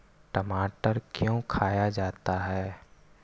टमाटर क्यों खाया जाता है?